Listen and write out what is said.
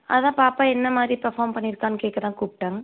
அதான் பாப்பா என்ன மாதிரி பெர்ஃபார்ம் பண்ணியிருக்கா கேட்க தான் கூப்பிடேன்